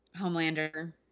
Homelander